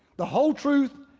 the whole truth,